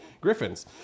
griffins